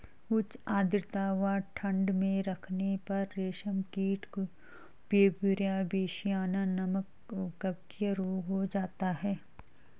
उच्च आद्रता व ठंड में रखने पर रेशम कीट को ब्यूवेरिया बेसियाना नमक कवकीय रोग हो जाता है